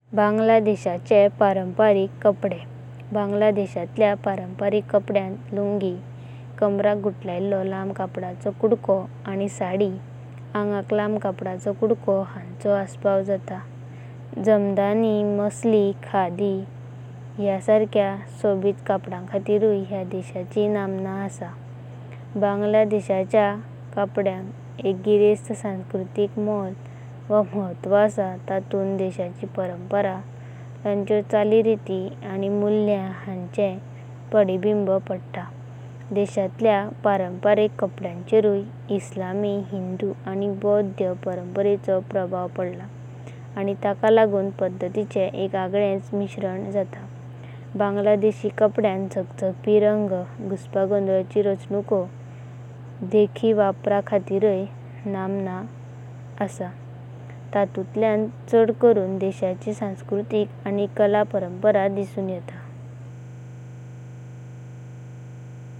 बंगलादेशांतल्या परंपरिका कपडयांत लुंगी हो, कमराका गुठळायलो लंबा कपडाचो कुदको। आणि साडी अंगाका लंबा कपडाचो कुदको हांचा असपाव जाता। जमदानी, मसली आणि खादी ह्या सारक्या सोबीत कपडांखातीरया ह्या देशाची नामा असं। बंगलादेशाच्या कपडयाका एक गिरेस्ता सांस्कृतिक म्होळा वा महत्व असं, आणि तांतुंता देशाची परंपरा। चालीरिती आणि मूल्यं हांचें पद्हिबिनबी पडतात। देशांतल्या परंपरिका कपडयाचेरुया इस्लामी। बुद्ध आणि हिंदू परंपरेचो प्रभाव पडला आणि तका लागुना बंगलादेशी कपडयांत गसगस्पी रंग। घुसपागोनोलाचोय रचनुको आणि नमुन्यांच्या वापरा खातीरया नामा असं।